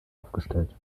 aufgestellt